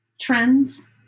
trends